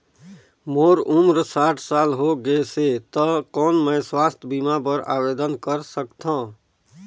मोर उम्र साठ साल हो गे से त कौन मैं स्वास्थ बीमा बर आवेदन कर सकथव?